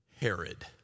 Herod